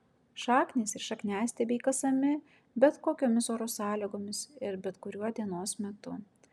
šaknys ir šakniastiebiai kasami bet kokiomis oro sąlygomis ir bet kuriuo dienos metu